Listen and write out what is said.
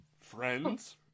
Friends